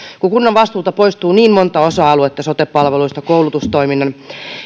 kun kunnan vastuulta poistuu niin monta osa aluetta sote palveluiden koulutustoiminnan